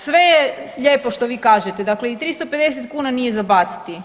Sve je lijepo što vi kažete, dakle i 350 kuna nije za baciti.